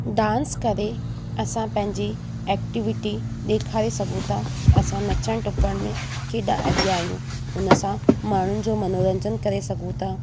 dance करे असां पंहिंजी एक्टिविटी ॾेखारे सघूं था की असां नचण टुपण में केॾा अॻियां आहियूं हुन सां माण्हुनि जो मनोरंजन करे सघूं था